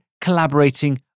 collaborating